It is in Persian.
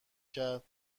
کرد